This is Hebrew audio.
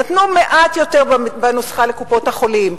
נתנו מעט יותר בנוסחה לקופות-החולים.